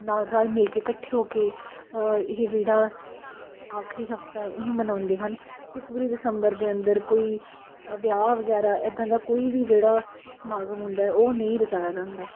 ਨਾਲ ਰਲ ਮਿਲ ਕੇ ਇਕੱਠੇ ਹੋ ਕੇ ਇਹ ਜਿਹੜਾ ਆਖਰੀ ਹਫਤਾ ਇਹਨੂੰ ਮਨਾਉਂਦੇ ਹਨ ਅਤੇ ਪੂਰੀ ਦਸੰਬਰ ਦੇ ਅੰਦਰ ਕੋਈ ਵਿਆਹ ਵਗੈਰਾ ਇੱਦਾਂ ਦਾ ਕੋਈ ਵੀ ਜਿਹੜਾ ਸਮਾਗਮ ਹੁੰਦਾ ਉਹ ਨਹੀਂ ਰਚਾਇਆ ਜਾਂਦਾ